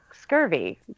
scurvy